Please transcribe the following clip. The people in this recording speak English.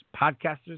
podcasters